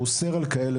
והוא אוסר על כאלה